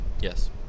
Yes